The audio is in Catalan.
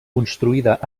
construïda